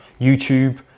YouTube